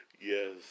Yes